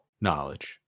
knowledge